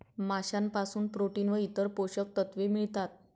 माशांपासून प्रोटीन व इतर पोषक तत्वे मिळतात